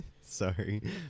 Sorry